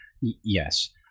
Yes